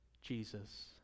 Jesus